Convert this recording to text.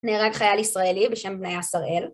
נהרג חייל ישראלי בשם בניה שראל.